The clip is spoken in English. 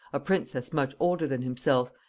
a princess much older than himself,